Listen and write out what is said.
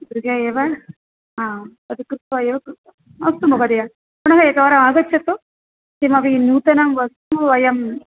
गृहे एव तद् कृत्वा एव अस्तु महोदय पुनः एकवारम् आगच्छतु किमपि नूतनं वस्तु वयं